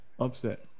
Upset